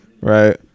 right